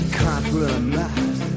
compromise